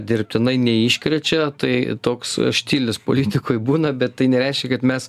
dirbtinai neiškrečia tai toks štilis politikoj būna bet tai nereiškia kad mes